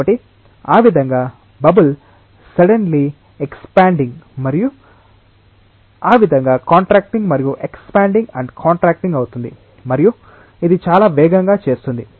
కాబట్టి ఆ విధంగా బబుల్ సడ్డెన్లి ఎక్స్పాడింగ్ మరియు ఆ విధంగా కాంట్రాక్టింగ్ మరియు ఎక్స్పాడింగ్ అండ్ కాంట్రాక్టింగ్ అవుతుంది మరియు ఇది చాలా వేగంగా చేస్తోంది